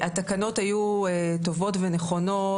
התקנות היו טובות ונכונות,